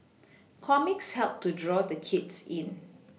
comics help to draw the kids in